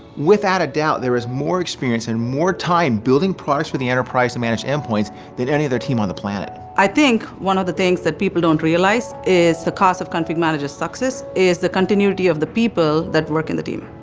without a doubt, there was more experience and more time building products for the enterprise manage end points than any other team on the planet. i think one of the things that people don't realize is the cost of config managers success is the continuity of the people that work in the team.